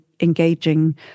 engaging